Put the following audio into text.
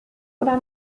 oder